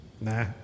Nah